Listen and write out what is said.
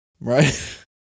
Right